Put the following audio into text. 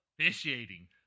officiating